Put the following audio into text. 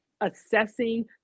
assessing